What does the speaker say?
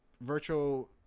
virtual